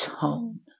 tone